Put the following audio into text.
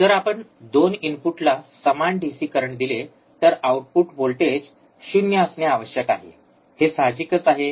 जर आपण 2 इनपुटला समान डीसी करंट दिले तर आउटपुट व्होल्टेज शून्य असणे आवश्यक आहे हे साहजिकच आहे